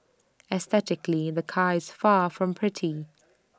aesthetically the car is far from pretty